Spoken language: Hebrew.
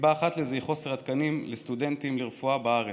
וסיבה אחת לזה היא המחסור בתקנים לסטודנטים לרפואה בארץ.